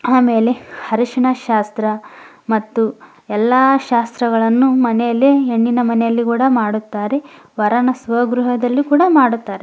ಆಮೇಲೆ ಅರಶಿನ ಶಾಸ್ತ್ರ ಮತ್ತು ಎಲ್ಲ ಶಾಸ್ತ್ರಗಳನ್ನು ಮನೆಯಲ್ಲೇ ಹೆಣ್ಣಿನ ಮನೆಯಲ್ಲಿ ಕೂಡ ಮಾಡುತ್ತಾರೆ ವರನ ಸ್ವಗೃಹದಲ್ಲೂ ಕೂಡ ಮಾಡುತ್ತಾರೆ